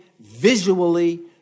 visually